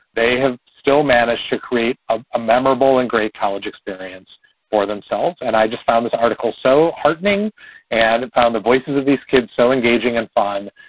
they have still managed to create a memorable and great college experience for themselves. and i just found this article so heartening and it found the voices of these kids so engaging and fun.